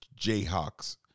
Jayhawks